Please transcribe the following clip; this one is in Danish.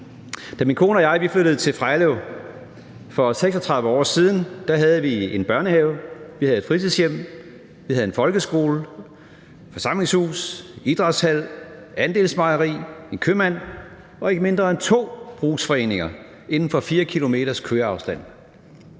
Da min kone og jeg flyttede til Frejlev for 36 år siden, havde vi en børnehave, vi havde et fritidshjem, vi havde en folkeskole, forsamlingshus, idrætshal, andelsmejeri, en købmand og ikke mindre end to brugsforeninger inden for 4 km's køreafstand.